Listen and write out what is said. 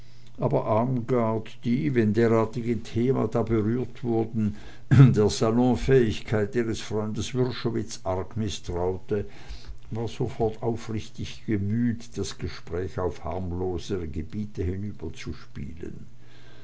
aber armgard die wenn derartige themata berührt wurden der salonfähigkeit ihres freundes wrschowitz arg mißtraute war sofort aufrichtig bemüht das gespräch auf harmlosere gebiete